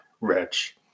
wretch